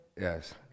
Yes